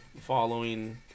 following